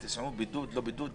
בידוד/לא בידוד,